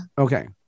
Okay